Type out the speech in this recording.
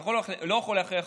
אתה לא יכול להכריח ח"כים,